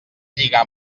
lligar